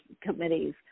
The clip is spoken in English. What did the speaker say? committees